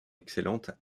excellente